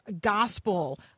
gospel